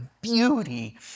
beauty